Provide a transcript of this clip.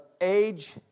age